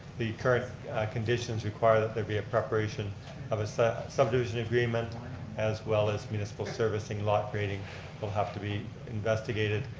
the current conditions require that there be a preparation of a subdivision agreement as well as municipal servicing lot gradient will have to be investigated.